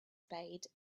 spade